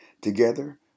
Together